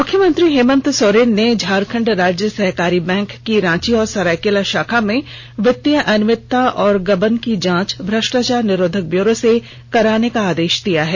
मुख्यमंत्री हेमंत सोरेन ने झारखण्ड राज्य सहकारी बैंक की रांची और सरायकेला शाखा में वित्तीय अनियमितता और गबन की जांच भ्रष्टाचार निरोधक ब्यूरो से कराने का आदेष दिया है